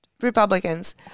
Republicans